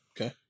Okay